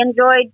enjoyed